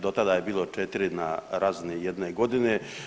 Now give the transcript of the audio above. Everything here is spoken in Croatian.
Do tada je bilo 4 na razini jedne godine.